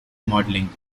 modeling